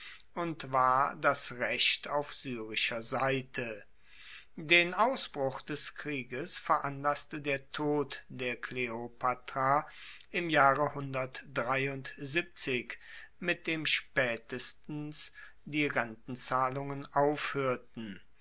und war das recht auf syrischer seite den ausbruch des krieges veranlasste der tod der kleopatra im jahre mit dem spaetestens